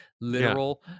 literal